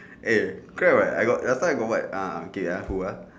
eh correct [what] I got last time I got what ah okay ah who ah